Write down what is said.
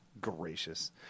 Gracious